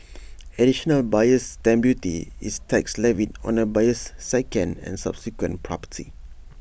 additional buyer's stamp duty is tax levied on A buyer's second and subsequent property